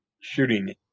shooting